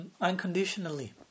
unconditionally